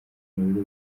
bigo